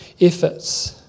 efforts